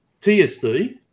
TSD